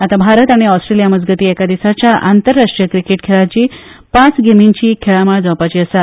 आता भारत आनी ऑस्ट्रेलियामजगती एका दिसाच्या आंतरराष्ट्रीय क्रिकेट खेळाची पांच गेमीची खेळा माळ जावपाची आसा